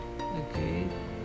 okay